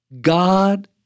God